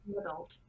adult